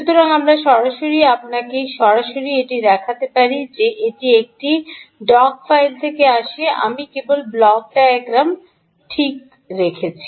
সুতরাং আমরা সরাসরি আপনাকে সরাসরি এটি দেখাতে পারি যে এটি এই ডক ফাইল থেকে আসে আমি কেবল ব্লক ডায়াগ্রাম ঠিক রেখেছি